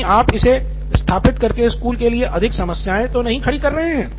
कहीं आप इसे स्थापित करके स्कूल के लिए अधिक समस्याएँ को नहीं खड़ी कर रहे हैं